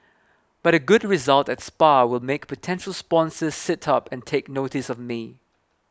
but a good result at Spa will make potential sponsors sit up and take notice of me